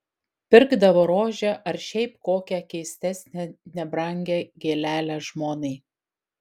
pirkdavo rožę ar šiaip kokią keistesnę nebrangią gėlelę žmonai